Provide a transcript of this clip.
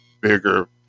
bigger